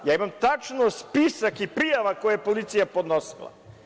Ja imam tačno spisak prijava koje je policija podnosila.